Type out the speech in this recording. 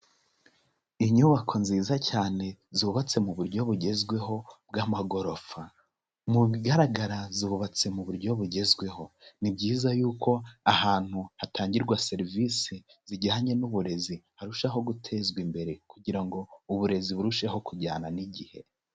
Inyubako nziza cyane zubatse mu buryo bugezweho bw'amagorofa, mu bigaragara zubatse mu buryo bugezweho, ni byiza y'uko ahantu hatangirwa serivisi zijyanye n'uburezi harushaho gutezwa imbere kugira ngo uburezi burusheho kujyana n'igihe.